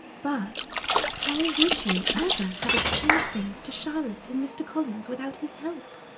but how would you ever have explained things to charlotte and mr. collins without his help?